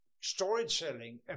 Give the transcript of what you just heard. storytelling